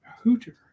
Hooter